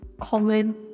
common